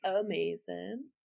amazing